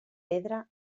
pedra